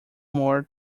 more